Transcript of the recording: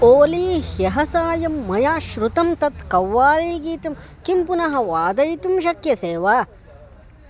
ओली ह्यः सायं मया श्रुतं तत् कौव्वालीगीतं किं पुनः वादयितुं शक्यसे वा